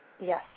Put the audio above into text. Yes